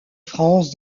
france